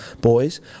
boys